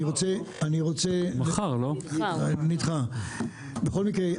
בכל מקרה,